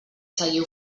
seguir